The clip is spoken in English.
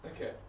Okay